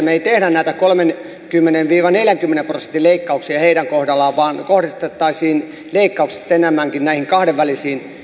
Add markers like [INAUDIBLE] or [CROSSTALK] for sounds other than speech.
[UNINTELLIGIBLE] me emme tee näitä kolmenkymmenen viiva neljänkymmenen prosentin leikkauksia heidän kohdallaan vaan kohdistaisimme leikkaukset enemmänkin näihin kahdenvälisiin